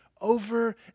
over